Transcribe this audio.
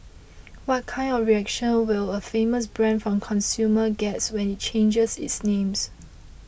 what kind of reactions will a famous brand from consumers get when it changes its names